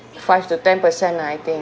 five to ten percent lah I think